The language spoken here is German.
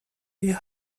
die